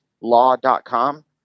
law.com